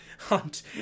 Hunt